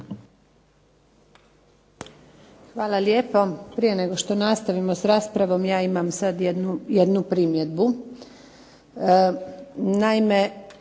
Hvala lijepa. Prije nego što nastavimo s raspravom, ja imam sada neku primjedbu.